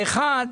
האחד,